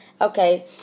Okay